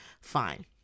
fine